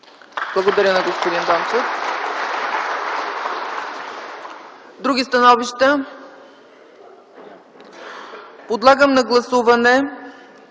Благодаря на господин Дончев. Други становища? Подлагам на гласуване